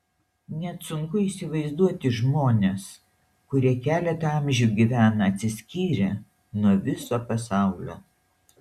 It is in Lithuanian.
net sunku įsivaizduoti žmones kurie keletą amžių gyvena atsiskyrę nuo viso pasaulio